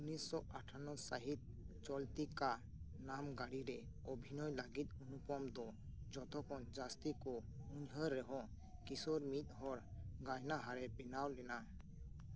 ᱩᱱᱱᱤᱥᱥᱚ ᱟᱴᱴᱷᱟᱱᱱᱚ ᱥᱟᱦᱤᱛ ᱪᱚᱞᱛᱤ ᱠᱟ ᱱᱟᱢ ᱜᱟᱲᱤ ᱨᱮ ᱚᱵᱷᱤᱱᱚᱭ ᱞᱟᱜᱤᱫ ᱚᱱᱩᱯᱚᱢ ᱫᱚ ᱡᱚᱛᱚ ᱠᱷᱚᱱ ᱡᱟᱥᱛᱤ ᱠᱚ ᱩᱭᱦᱟᱹᱨ ᱨᱮᱦᱚᱸ ᱠᱤᱥᱳᱨ ᱢᱤᱫ ᱦᱚᱲ ᱜᱟᱭᱱᱟ ᱦᱟᱨᱮ ᱵᱮᱱᱟᱣ ᱞᱮᱱᱟ